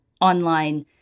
online